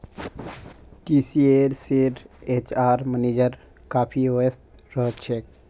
टीसीएसेर HR manager काफी व्यस्त रह छेक